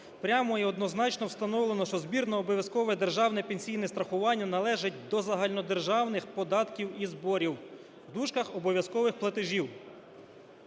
прямо і однозначно встановлено, що збір на обов'язкове державне пенсійне страхування належить до загальнодержавних податків і зборів (обов'язкових платежів).